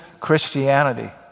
Christianity